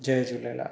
Jay Jhulelal